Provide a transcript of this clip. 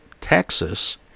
Texas